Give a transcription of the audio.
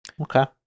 Okay